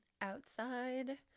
outside